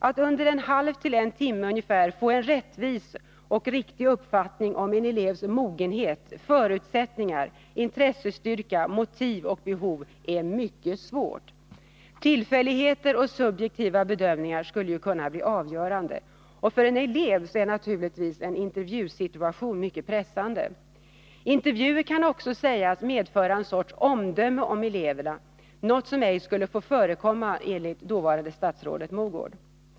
Att under en halv till en timme få en rättvis och riktig uppfattning om en elevs mogenhet, förutsättningar, intressestyrka, motiv och behov är mycket svårt. Tillfälligheter och subjektiva bedömningar skulle kunna bli avgörande. För en elev är naturligtvis en intervjusituation mycket pressande. Intervjuer kan också sägas medföra en sorts omdöme om eleverna, något som ej skulle få förekomma enligt dåvarande statsrådet Mogård.